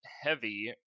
heavy